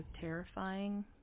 terrifying